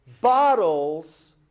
bottles